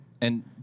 And-